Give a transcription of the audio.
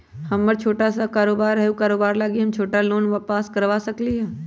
हमर छोटा सा कारोबार है उ कारोबार लागी हम छोटा लोन पास करवा सकली ह?